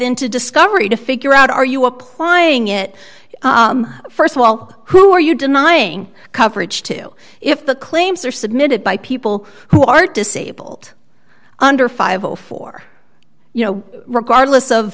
into discovery to figure out are you applying it first of all who are you denying coverage to if the claims are submitted by people who are disabled under five or four you know regardless of